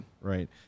Right